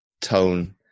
tone